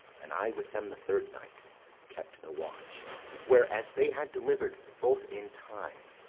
and i with them the third night kept the watch where, as they had deliver'd, both in time,